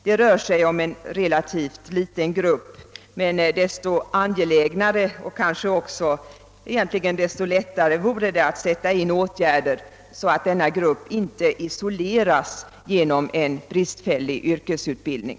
Det rör sig om en relativt liten grupp, men desto angelägnare och kanske också lättare borde det vara att vidta åtgärder så att den inte isoleras genom bristfällig yrkesutbildning.